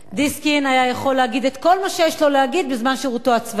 דיסקין היה יכול להגיד את כל מה שיש לו להגיד בזמן שירותו הצבאי,